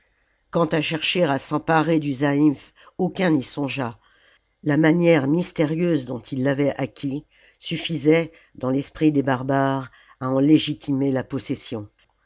quant à chercher à s'emparer du zaïmph aucun n'y songea la manière mystérieuse i l salammbô dont ii l'avait acquis suffisait dans l'esprit des barbares à en légitimer la possession